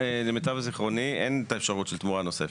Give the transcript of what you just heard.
למיטב זכרוני אין אפשרות של תמורה נוספת.